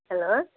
hello